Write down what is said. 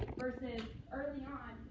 versus early on,